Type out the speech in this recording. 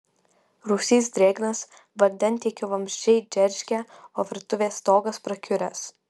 rūsys drėgnas vandentiekio vamzdžiai džeržgia o virtuvės stogas prakiuręs